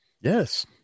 yes